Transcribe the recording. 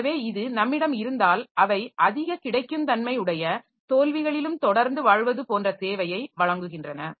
எனவே இது நம்மிடம் இருந்தால் அவை அதிக கிடைக்குந்தன்மை உடைய தோல்விகளிலும் தொடர்ந்து வாழ்வது போன்ற சேவையை வழங்குகின்றன